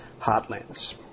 Heartlands